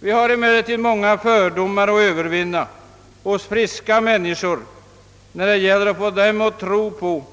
Vi har emellertid många fördomar att övervinna hos friska människor när det gäller att få dem att tro på